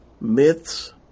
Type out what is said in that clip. Myths